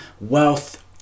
wealth